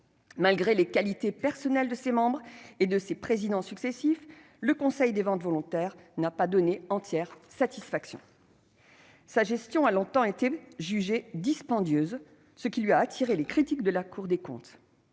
Malgré les qualités personnelles de ses membres et de ses présidents successifs, le Conseil des ventes volontaires n'a pas donné entière satisfaction. Sa gestion a longtemps été jugée dispendieuse, ce qui lui a attiré les critiques de la Cour des comptes.